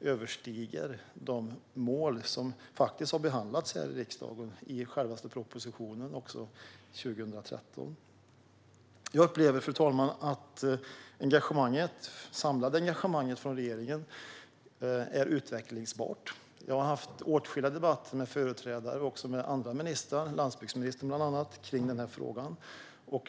överstiger de mål som har behandlats här i riksdagen, i självaste propositionen 2013. Fru talman! Jag upplever att det samlade engagemanget från regeringen är utvecklingsbart. Jag har haft åtskilliga debatter om denna fråga med företrädare och med andra ministrar, bland annat med landsbygdsministern.